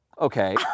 Okay